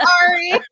Sorry